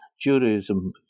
Judaism